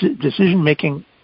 decision-making